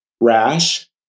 rash